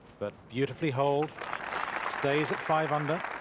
but beautifully holed stays at five under.